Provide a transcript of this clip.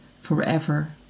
forever